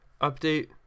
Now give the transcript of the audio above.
update